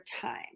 time